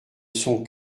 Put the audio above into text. sont